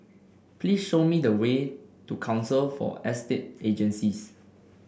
please show me the way to Council for Estate Agencies